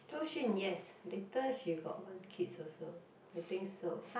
Zhou-Xun yes later she got one kids also I think so